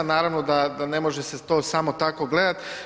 Naravno da, da ne može se to samo tako gledat.